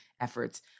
efforts